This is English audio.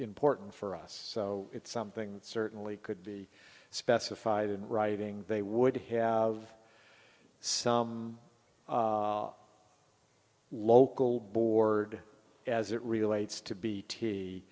important for us so it's something that certainly could be specified in writing they would have some local board as it relates to be t